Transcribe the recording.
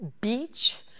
beach